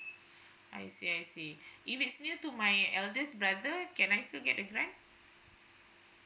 I see I see if it's near to my eldest brother can I still get the grant